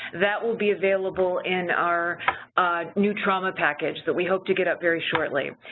that will be available in our new trauma package that we hope to get up very shortly.